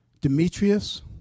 Demetrius